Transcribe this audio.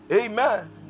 Amen